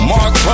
Mark